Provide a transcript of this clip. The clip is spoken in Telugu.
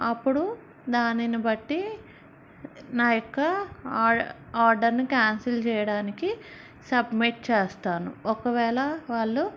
అప్పుడు దానిని బట్టి నా యొక్క ఆర్డర్ని క్యాన్సిల్ చేయడానికి సబ్మిట్ చేస్తాను ఒకవేళ వాళ్ళు